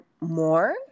more